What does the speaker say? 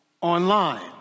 online